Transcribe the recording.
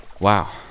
Wow